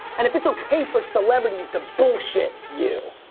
and if it's okay for celebrities to bullshit you.